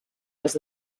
was